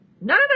none